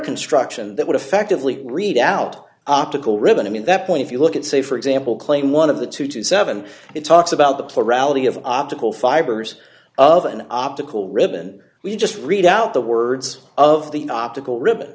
construction that would effectively read out optical ribbon i mean that point if you look at say for example claim one of the two hundred and twenty seven it talks about the plurality of optical fibers of an optical ribbon we just read out the words of the optical ribbon